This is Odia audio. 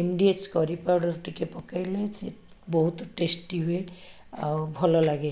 ଏମ୍ ଡ଼ି ଏଚ୍ କରି ପାଉଡ଼ର ଟିକେ ପକାଇଲେ ସିଏ ବହୁତ ଟେଷ୍ଟି ହୁଏ ଆଉ ଭଲ ଲାଗେ